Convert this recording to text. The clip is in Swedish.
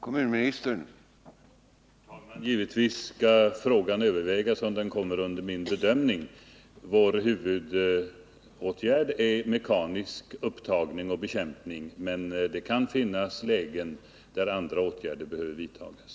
Herr talman! Givetvis skall frågan övervägas, om den kommer under min bedömning. Vår huvudåtgärd är mekanisk upptagning och bekämpning, men det kan finnas lägen där andra åtgärder behöver vidtagas.